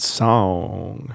song